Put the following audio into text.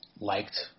liked